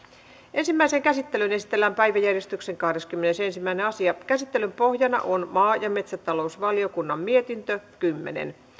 ensimmäiseen käsittelyyn esitellään päiväjärjestyksen kahdeskymmenesensimmäinen asia käsittelyn pohjana on maa ja metsätalousvaliokunnan mietintö kymmenen